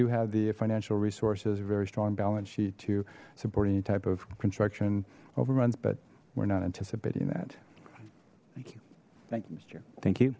do have the financial resources a very strong balance sheet to support any type of construction overruns but we're not anticipating that thank you thank you